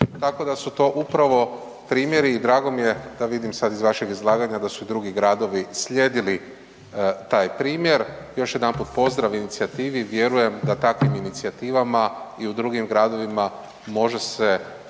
tako da su to upravo primjeri i drago mi je, da vidim sad iz vašeg izlaganja da su i drugi gradovi slijedili taj primjer. Još jedanput pozdrav inicijativi i vjerujem da takvim inicijativama i u drugim gradovima može se